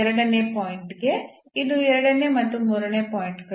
ಎರಡನೇ ಪಾಯಿಂಟ್ಗೆ ಇದು ಎರಡನೇ ಮತ್ತು ಮೂರನೇ ಪಾಯಿಂಟ್ ಗಳು